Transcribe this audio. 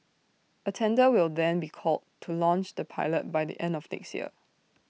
A tender will then be called to launch the pilot by the end of next year